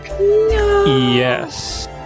Yes